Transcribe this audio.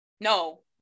No